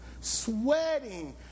sweating